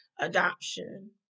adoption